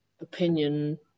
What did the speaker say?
opinion